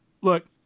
look